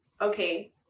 okay